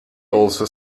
also